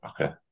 Okay